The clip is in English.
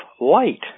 light